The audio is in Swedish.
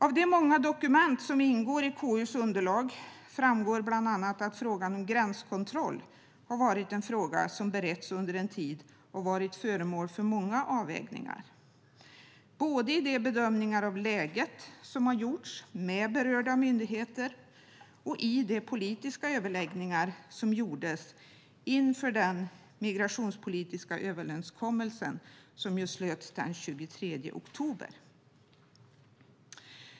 Av de många dokument som ingår i KU:s underlag framgår bland annat att frågan om gränskontroll har beretts under en tid och varit föremål för många avvägningar, både i de bedömningar av läget som har gjorts med berörda myndigheter och i de politiska överläggningar som gjordes inför den migrationspolitiska överenskommelsen som slöts den 23 oktober.